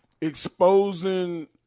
exposing